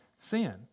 sin